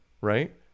Right